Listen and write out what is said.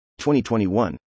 2021